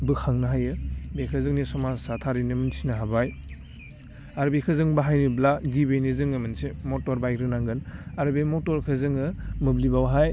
बोखांनो हायो बेखो जोंनि समाजा थारैनो मोनथिनो हाबाय आरो बेखौ जों बाहायनोब्ला गिबियैनो जोङो मोनसे मटर बायग्रोनांगोन आरो बे मटरखौ जोङो मोब्लिबावहाय